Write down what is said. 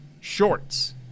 Shorts